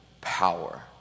power